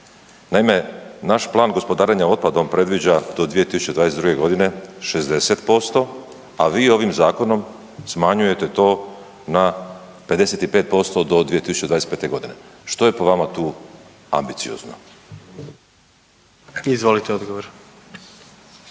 Naime, naš Plan gospodarenja otpadom predviđa do 2022.g. 60%, a vi ovim zakonom smanjujete to na 55% do 2025.g. Što je po vama tu ambiciozno? **Jandroković,